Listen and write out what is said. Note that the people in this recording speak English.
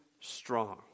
strong